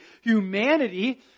humanity